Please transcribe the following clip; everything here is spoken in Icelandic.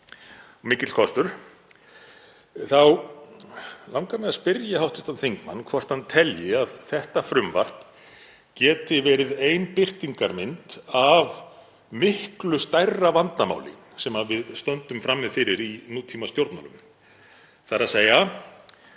mikill kostur, þá langar mig að spyrja hv. þingmann hvort hann telji að þetta frumvarp geti verið ein birtingarmynd af miklu stærra vandamáli sem við stöndum frammi fyrir í nútímastjórnmálum, þ.e. að frasar